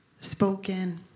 spoken